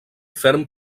ferm